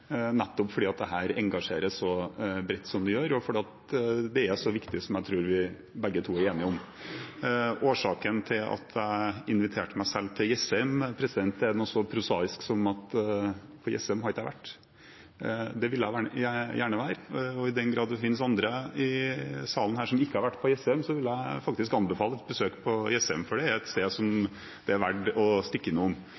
nettopp fordi dette engasjerer så bredt som det gjør, og fordi det er så viktig, noe jeg tror vi begge to er enige om. Årsaken til at jeg inviterte meg selv til Jessheim, er noe så prosaisk som at jeg ikke hadde vært på Jessheim. Det ville jeg gjerne, og i den grad det finnes andre i salen her som ikke har vært på Jessheim, vil jeg faktisk anbefale et besøk til Jessheim, for det er et sted